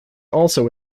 also